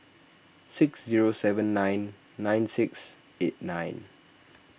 six zero seven nine nine six eight nine